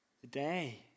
today